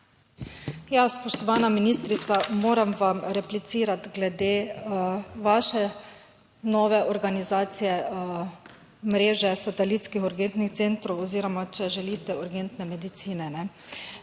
Ja, spoštovana ministrica, moram vam replicirati glede vaše nove organizacije, mreže satelitskih urgentnih centrov oziroma, če želite, urgentne medicine.